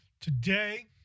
Today